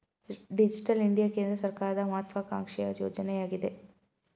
digital India ಕೇಂದ್ರ ಸರ್ಕಾರದ ಮಹತ್ವಾಕಾಂಕ್ಷೆಯ ಯೋಜನೆಯಗಿದೆ